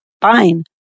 fine